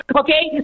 okay